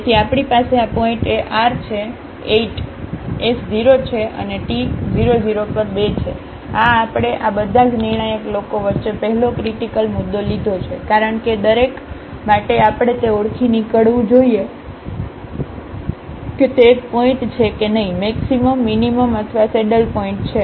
તેથી આપણી પાસે આ પોઇન્ટએ r છે 8 s 0 છે અને ટી 00 પર 2 છે આ આપણે આ બધા જ નિર્ણાયક લોકો વચ્ચે પહેલો ક્રિટીકલ મુદ્દો લીધો છે કારણ કે દરેક માટે આપણે તે ઓળખી નીકળવું જોઈએ કે તે એક પોઇન્ટ છે કે નહીં મેક્સિમમ મીનીમમ અથવા સેડલ પોઇન્ટ છે